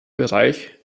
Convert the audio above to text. bereich